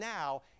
now